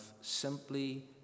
simply